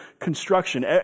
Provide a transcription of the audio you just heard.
construction